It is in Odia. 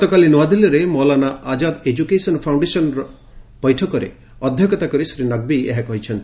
ଗତକାଲି ନୁଆଦିଲ୍ଲୀରେ ମୌଲାନା ଆଜାଦ୍ ଏଜୁକେସନ୍ ଫାଉଶ୍ଡେସନ୍ର ବୈଠକରେ ଅଧ୍ୟକ୍ଷତା କରି ଶ୍ରୀ ନକ୍ବୀ ଏହା କହିଛନ୍ତି